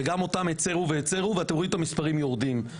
שגם אותם הצרו והצרו ותראו את המספרים יורדים,